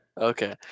Okay